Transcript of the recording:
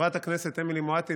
חברת הכנסת אמילי מואטי,